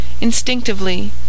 instinctively